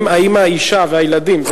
האם האשה והילדים,